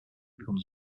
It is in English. becomes